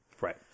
Right